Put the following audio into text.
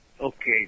Okay